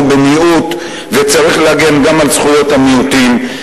במיעוט וצריך להגן גם על זכויות המיעוטים,